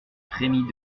frémit